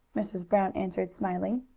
mrs. brown answered, smiling.